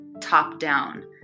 top-down